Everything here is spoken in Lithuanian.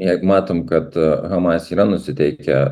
jeigu matom kad hamas yra nusiteikę